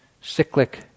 cyclic